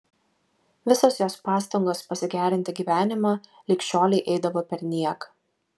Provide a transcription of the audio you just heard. visos jos pastangos pasigerinti gyvenimą lig šiolei eidavo perniek